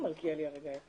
אחת